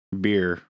beer